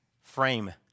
Frame